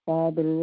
Father